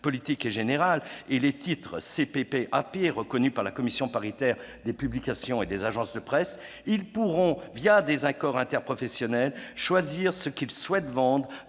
politique et générale, et les titres CPPAP, c'est-à-dire les titres reconnus par la commission paritaire des publications et agences de presse, ils pourront, des accords interprofessionnels, choisir ce qu'ils souhaitent vendre